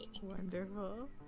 Wonderful